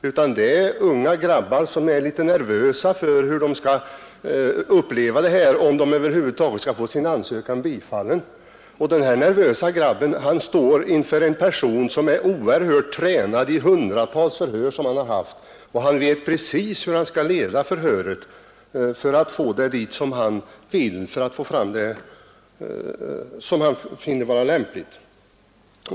Det gäller unga grabbar, som är nervösa för om de över huvud taget skall få sin ansökan bifallen. Denna nervöse grabb står inför en person, som är oerhört tränad genom hundratals förhör och vet precis hur han skall leda förhöret för att få det dit han vill och för att få fram det han finner vara lämpligt.